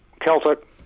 Celtic